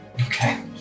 Okay